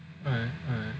alright alright